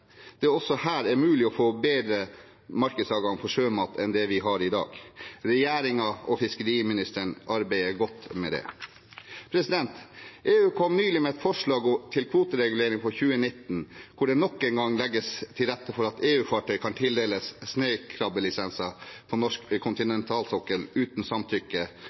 det også her er mulig å få bedre markedsadgang for sjømat enn det vi har i dag. Regjeringen og fiskeriministeren arbeider godt med det. EU kom nylig med et forslag til kvoteregulering for 2019, hvor det nok en gang legges til rette for at EU-fartøy kan tildeles snøkrabbelisenser på norsk kontinentalsokkel uten samtykke